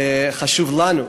וחשוב לנו,